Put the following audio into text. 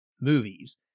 movies